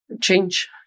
change